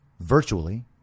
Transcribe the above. virtually